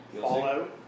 Fallout